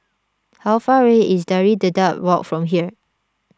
how far away is Pari Dedap Walk from here